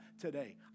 today